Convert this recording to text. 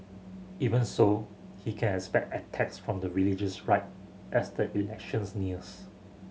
even so he can expect attacks from the religious right as the elections nears